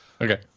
Okay